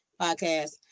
Podcast